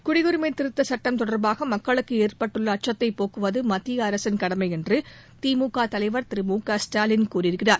குடியுரிமை திருத்த சட்டம் தொடர்பாக மக்களுக்கு ஏற்பட்டுள்ள அச்சத்தை போக்குவது மத்திய அரசின் கடமை என்று திமுக தலைவர் திரு மு க ஸ்டாலின் கூறியிருக்கிறார்